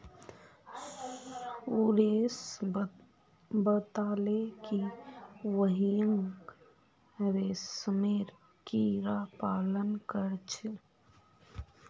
सुरेश बताले कि वहेइं रेशमेर कीड़ा पालन कर छे